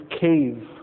cave